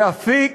זה אפיק